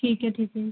ਠੀਕ ਹੈ ਠੀਕ ਹੈ